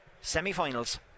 semi-finals